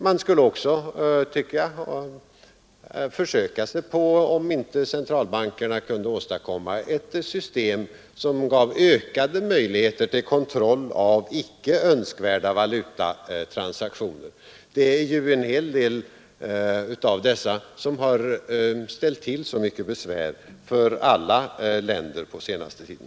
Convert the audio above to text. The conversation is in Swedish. Jag tycker att man också skulle undersöka om inte centralbankerna kunde åstadkomma ett system som gav ökade möjligheter till kontroll av icke önskvärda valutatransaktioner. En hel del av dessa har ju ställt till så mycket besvär för alla länder på senaste tiden.